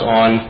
on